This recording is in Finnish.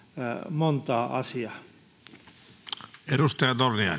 montaa asiaa